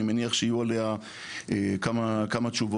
אני מניח שיהיו עליה כמה תשובות.